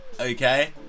Okay